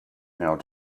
now